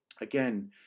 Again